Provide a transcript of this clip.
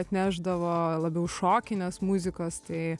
atnešdavo labiau šokinės muzikos tai